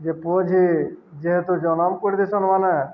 ଯେ ପୋଅଝି ଯେହେତୁ ଜନମ କରିଥିସନ୍ ମାନେ